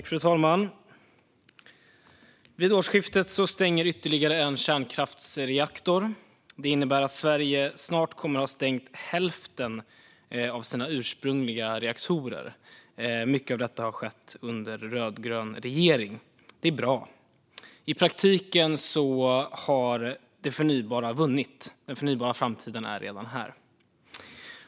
Fru talman! Vid årsskiftet stänger ytterligare en kärnkraftsreaktor. Det innebär att Sverige snart kommer att ha stängt hälften av sina ursprungliga reaktorer. Mycket av detta har skett under en rödgrön regering. Det är bra. I praktiken har det förnybara vunnit. Den förnybara framtiden är redan här.